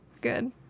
good